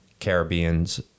Caribbeans